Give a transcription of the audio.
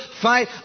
fight